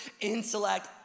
intellect